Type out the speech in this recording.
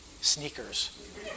sneakers